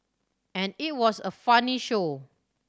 and it was a funny show